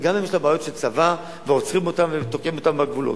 וגם הם יש להם בעיות של צבא ועוצרים אותם ותוקעים אותם בגבולות.